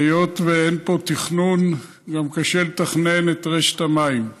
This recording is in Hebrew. והיות שאין פה תכנון, גם קשה לתכנן את רשת המים.